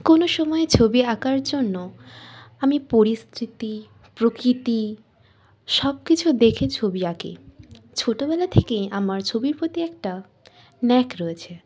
কোনো সময়ে ছবি আঁকার জন্য আমি পরিস্থিতি প্রকৃতি সব কিছু দেখে ছবি আঁকি ছোটবেলা থেকেই আমার ছবির প্রতি একটা ন্যাক রয়েছে